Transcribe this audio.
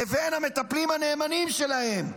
לבין המטפלים הנאמנים שלהם.